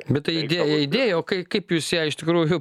bet tai idėja idėja o kaip kaip jūs ją iš tikrųjų